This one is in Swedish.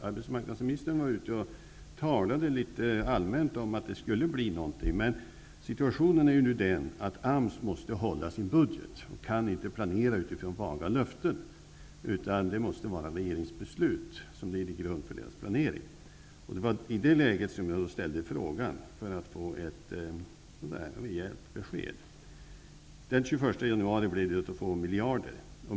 Arbetsmarknadsministern talade litet allmänt om att det skulle bli någonting. Situationen är nu den att AMS måste hålla sin budget. De kan inte planera utifrån vaga löften. Regeringens beslut måste ligga till grund för deras planering. Det var i detta läge som jag ställde frågan för att få ett rejält besked. Den 21 januari fattade regeringen beslut om 2 miljarder.